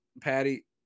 Patty